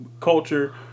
culture